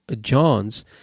John's